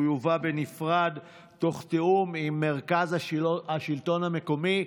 הוא יובא בנפרד, תוך תיאום עם מרכז השלטון המקומי.